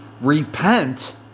repent